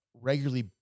regularly